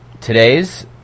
today's